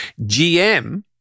GM